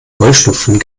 heuschnupfen